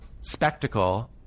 spectacle